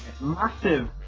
Massive